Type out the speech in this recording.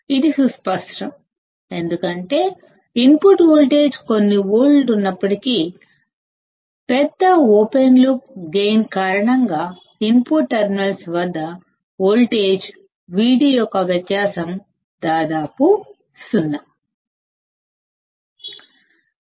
ఇది సుస్పష్టం ఎందుకంటే ఇన్పుట్ వోల్టేజ్ కొన్ని వోల్ట్స్ ఉన్నప్పటికీ పెద్ద ఓపెన్ లూప్ గైన్ కారణంగా ఇన్పుట్ టెర్మినల్స్ వద్ద వోల్టేజ్ Vd యొక్క వ్యత్యాసం దాదాపు శూన్యం గా ఉంటుంది